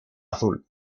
azul